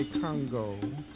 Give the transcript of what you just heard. Congo